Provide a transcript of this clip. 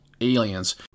aliens